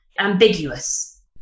ambiguous